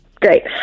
great